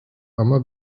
ama